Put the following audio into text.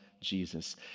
Jesus